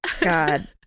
God